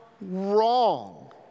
wrong